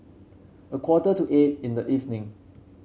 a quarter to eight in the evening